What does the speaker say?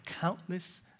countless